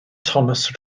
thomas